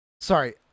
Sorry